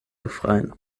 befreien